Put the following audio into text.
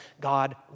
God